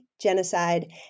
genocide